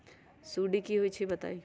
सुडी क होई छई बताई?